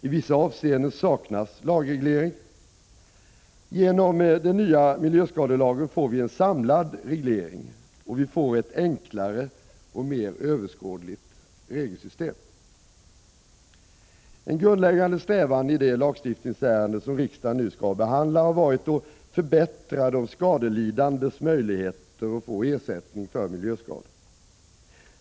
I vissa avseenden saknas lagreglering. Genom den nya miljöskadelagen får vi en samlad reglering, och vi får ett enklare och mer överskådligt regelsystem. En grundläggande strävan i det lagstiftningsärende som riksdagen nu skall behandla har varit att förbättra de skadelidandes möjligheter att få ersättning för miljöskador.